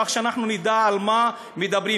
כך שאנחנו נדע על מה מדברים,